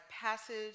passage